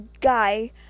guy